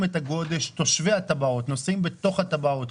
תושבי הטבעות נוסעים בתוך הטבעות,